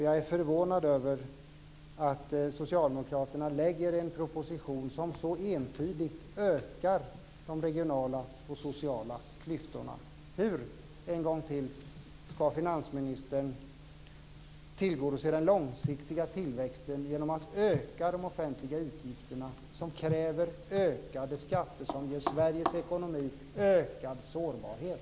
Jag är förvånad över att socialdemokraterna lägger en proposition som så entydigt ökar de regionala och sociala klyftorna. En gång till: Hur ska finansministern tillgodose den långsiktiga tillväxten genom att öka de offentliga utgifterna, som kräver ökade skatter, som ger Sveriges ekonomi ökad sårbarhet?